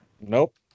Nope